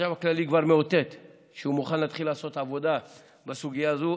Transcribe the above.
והחשב הכללי כבר מאותת שהוא מוכן להתחיל לעשות את עבודה בסוגיה הזו,